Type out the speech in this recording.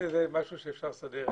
זה משהו שאפשר לסדר.